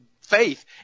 faith